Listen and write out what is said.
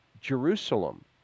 Jerusalem